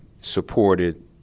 supported